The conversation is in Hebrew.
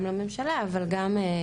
גם לממשלה אבל גם,